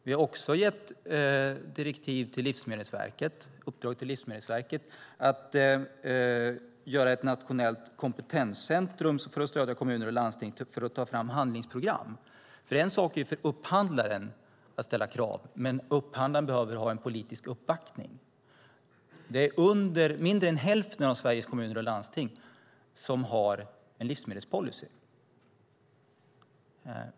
Vi har också gett uppdrag till Livsmedelsverket att göra ett nationellt kompetenscentrum för att stödja kommuner och landsting i att ta fram handlingsprogram. Det är en sak för upphandlaren att ställa krav, men upphandlaren behöver också ha en politisk uppbackning. Mindre än hälften av Sveriges kommuner och landsting har en livsmedelspolicy.